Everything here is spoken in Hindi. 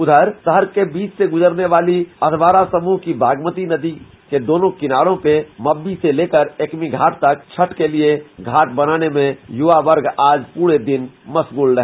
उधर शहर के बीच से गुजरने वाली अधवारा समूह की बागमती नदी के दोनों किनारों पे मब्बी से लेकर एकमी घाट तक छठ के लिए घाट बनाने में युवा वर्ग आज पूरे दिन मशगूल रहे